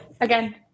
again